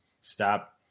stop